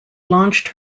launched